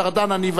אני ואתה.